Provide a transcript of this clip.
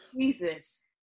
Jesus